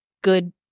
good